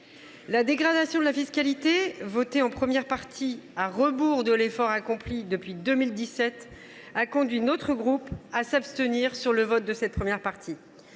La dégradation de la fiscalité, votée en première partie à rebours de l’effort accompli depuis 2017, a conduit notre groupe à s’abstenir sur le vote de ce texte.